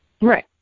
Right